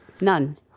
none